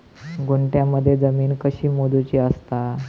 गुंठयामध्ये जमीन कशी मोजूची असता?